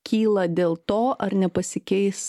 kyla dėl to ar nepasikeis